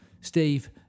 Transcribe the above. Steve